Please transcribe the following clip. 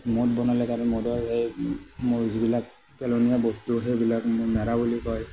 মদ বনালে আৰু মদৰ সেই মজবিলাক পেলনীয়া বস্তু সেইবিলাক নেৰা বুলি কয়